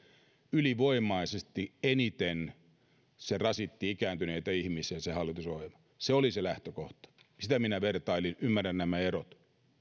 ylivoimaisesti eniten rasittivat ikääntyneitä ihmisiä se oli se lähtökohta sitä minä vertailin ymmärrän nämä erot